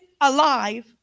alive